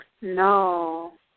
No